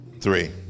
three